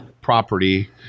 property